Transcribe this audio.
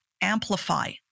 amplify